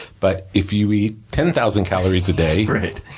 but, if you eat ten thousand calories a day right.